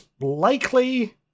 likely